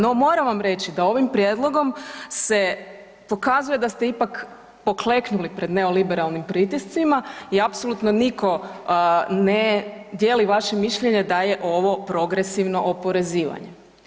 No, moram vam reći da ovim prijedlogom se pokazuje da ste ipak pokleknuli pred neoliberalnim pritiscima i apsolutno niko ne dijeli vaše mišljenje da je ovo progresivno oporezivanje.